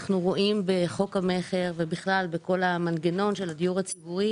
אנחנו רואים בחוק המכר ובכלל בכל המנגנון של הדיור הציבורי